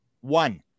One